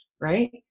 right